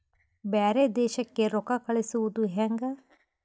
ಬ್ಯಾರೆ ದೇಶಕ್ಕೆ ರೊಕ್ಕ ಕಳಿಸುವುದು ಹ್ಯಾಂಗ?